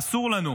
אסור לנו